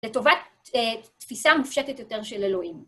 לטובת תפיסה מופשטת יותר של אלוהים.